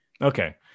Okay